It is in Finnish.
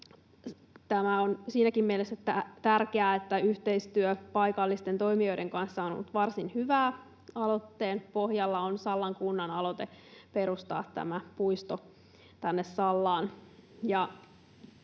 Tämä on siinäkin mielessä tärkeää, että yhteistyö paikallisten toimijoiden kanssa on ollut varsin hyvää. Aloitteen pohjalla on Sallan kunnan aloite perustaa tämä puisto Sallaan.